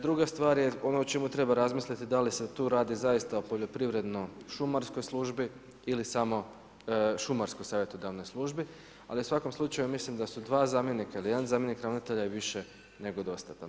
Druga stvar je ono o čemu treba razmisliti da li se tu radi zaista o poljoprivredno-šumarskoj službi ili samo šumarsko-savjetodavnoj službi, ali u svakom slučaju mislim da su dva zamjenika ili jedan ravnatelja i više nego dostatan.